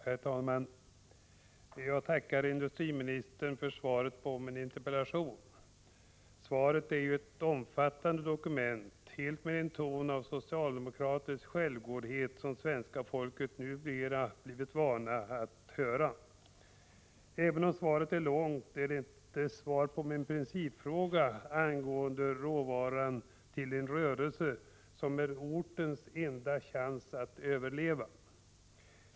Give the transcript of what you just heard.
Herr talman! Jag tackar industriministern för svaret på min interpellation. Svaret är ett omfattande dokument, helt i den ton av socialdemokratisk självgodhet som svenska folket numera blivit så vant vid. Även om svaret är långt, är det inte svar på min principfråga angående råvaran till en rörelse som är en orts enda chans att överleva.